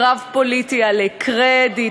קרב פוליטי על קרדיט,